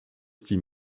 styles